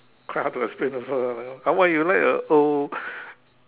quite hard to explain also lah how come you like a old